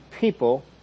people